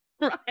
right